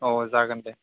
औ जागोन दे